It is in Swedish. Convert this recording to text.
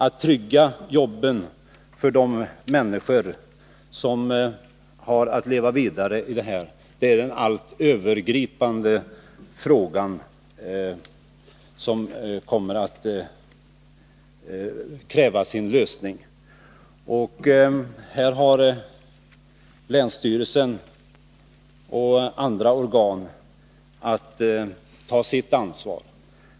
Att trygga jobben för de människor som har att leva vidare i denna bygd är den allt övergripande frågan, och den kommer att kräva sin lösning. Länsstyrelsen och andra organ har att ta sitt ansvar härvidlag.